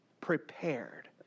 prepared